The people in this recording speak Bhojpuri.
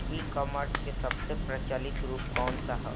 ई कॉमर्स क सबसे प्रचलित रूप कवन सा ह?